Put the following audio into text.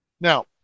Now